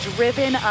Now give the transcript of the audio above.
Driven